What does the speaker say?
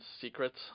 secrets